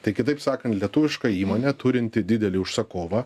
tai kitaip sakant lietuviška įmonė turinti didelį užsakovą